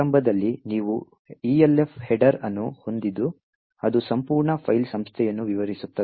ಪ್ರಾರಂಭದಲ್ಲಿ ನೀವು Elf header ಅನ್ನು ಹೊಂದಿದ್ದು ಅದು ಸಂಪೂರ್ಣ ಫೈಲ್ ಸಂಸ್ಥೆಯನ್ನು ವಿವರಿಸುತ್ತದೆ